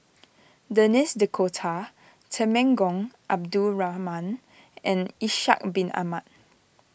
Denis D'Cotta Temenggong Abdul Rahman and Ishak Bin Ahmad